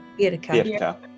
Birka